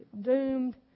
doomed